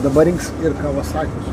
dabar rinks ir kavasakius